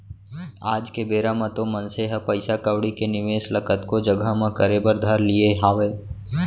आज के बेरा म तो मनसे ह पइसा कउड़ी के निवेस ल कतको जघा म करे बर धर लिये हावय